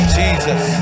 jesus